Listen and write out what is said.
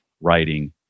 writing